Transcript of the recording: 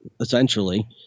essentially